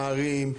הערים.